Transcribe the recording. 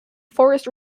forest